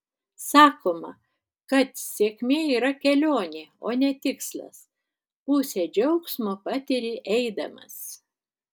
sakoma kad sėkmė yra kelionė o ne tikslas pusę džiaugsmo patiri eidamas